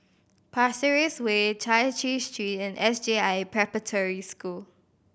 Pasir Ris Way Chai Chee Street and S J I Preparatory School